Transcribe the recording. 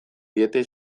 diete